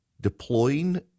deploying